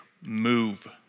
Move